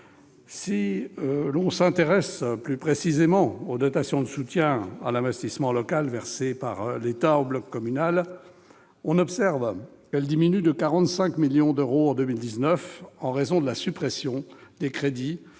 Si l'on s'intéresse plus précisément aux dotations de soutien à l'investissement local versées par l'État au bloc communal, on observe qu'elles diminuent de 45 millions d'euros en 2019, en raison de la suppression des crédits